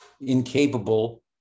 incapable